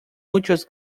muchos